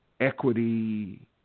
equity